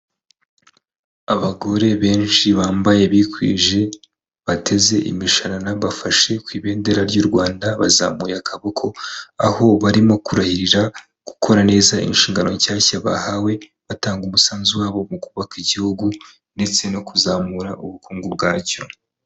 Abagore benshi bambaye bikwije, bateze imishara bafashe ku ibendera ry'u Rwanda bazamuye akaboko, aho barimo kurahirira gukora neza inshingano nshyashya bahawe, batanga umusanzu wabo mu kubaka igihugu ndetse no kuzamura ubukungu bwacyo.